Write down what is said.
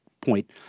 point